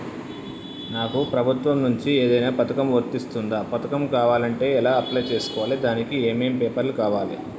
నాకు ప్రభుత్వం నుంచి ఏదైనా పథకం వర్తిస్తుందా? పథకం కావాలంటే ఎలా అప్లై చేసుకోవాలి? దానికి ఏమేం పేపర్లు కావాలి?